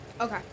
Okay